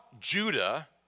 Judah